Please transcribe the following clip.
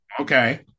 okay